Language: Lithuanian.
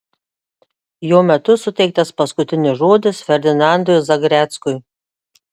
jo metu suteiktas paskutinis žodis ferdinandui zagreckui